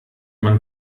man